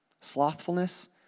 slothfulness